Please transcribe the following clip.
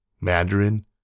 Mandarin